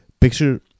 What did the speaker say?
picture